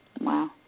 Wow